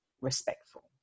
respectful